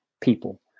people